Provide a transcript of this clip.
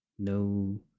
No